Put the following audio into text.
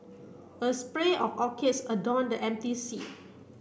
a spray of orchids adorned the empty seat